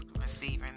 receiving